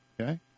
Okay